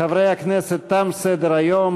חברי הכנסת, תם סדר-היום.